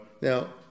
Now